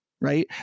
right